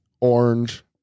orange